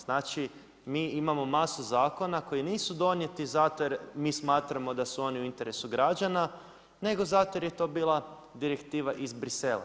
Znači mi imamo masu zakona koji nisu donijeti zato jer mi smatramo da su oni u interesu građana nego zato jer je to bila direktiva iz Brisela.